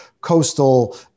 coastal